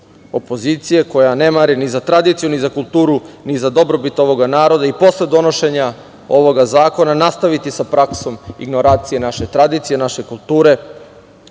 opozicije, koja ne mari ni za tradiciju, ni za kulturu, ni za dobrobit ovog naroda i posle donošenja ovog zakona nastaviti sa praksom ignoracije naše tradicije, naše kulture,